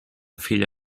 filla